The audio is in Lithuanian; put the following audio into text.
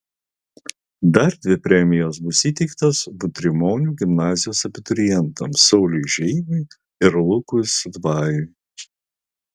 dar dvi premijos bus įteiktos butrimonių gimnazijos abiturientams sauliui žeimiui ir lukui sudvajui